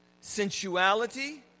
Sensuality